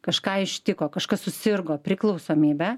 kažką ištiko kažkas susirgo priklausomybe